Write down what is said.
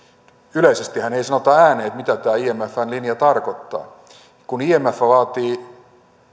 yleisestihän ei sanota ääneen mitä tämä imfn linja tarkoittaa kun imf vaatii